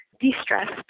de-stressed